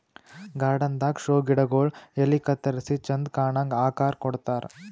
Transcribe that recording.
garden ದಾಗಾ show ಗಿಡಗೊಳ್ ಎಲಿ ಕತ್ತರಿಸಿ ಚಂದ್ ಕಾಣಂಗ್ ಆಕಾರ್ ಕೊಡ್ತಾರ್